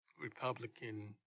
Republican